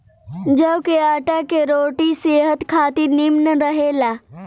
जव के आटा के रोटी सेहत खातिर निमन रहेला